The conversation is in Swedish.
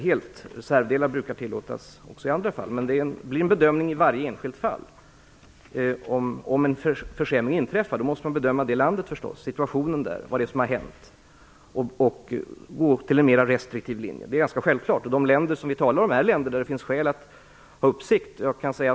Reservdelar brukar tillåtas också i andra fall. Men det får bedömas i varje enskilt fall. Om en försämring inträffar får situationen i det enskilda landet bedömas, om det har hänt någonting som kan motivera en mer restriktiv linje. Det är självklart. I fråga om de länder som vi talar om finns det skäl att ha uppsikt.